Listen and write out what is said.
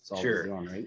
Sure